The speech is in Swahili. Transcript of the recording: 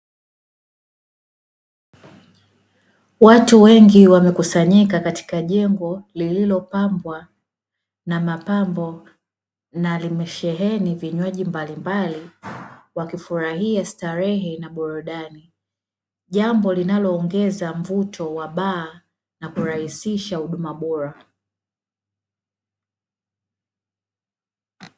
Watu wengi wamekusanyika Katika jengo lililopambwa na mapambo na limesheheni vinywaji mbalimbali. Wakifurahia starehe na burudani, jambo linaloongeza mvuto wa baa na kurahisisha huduma bora.